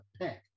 pick